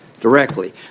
directly